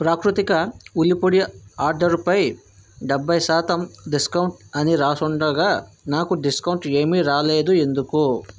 ప్రాకృతిక ఉల్లి పొడి ఆర్డరుపై డెబ్బై శాతం డిస్కౌంట్ అని రాసుండగా నాకు డిస్కౌంట్ ఏమీ రాలేదు ఎందుకు